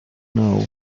know